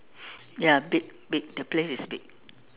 ya big big the place is big